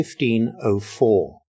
1504